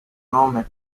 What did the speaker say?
nome